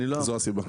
זו הסיבה.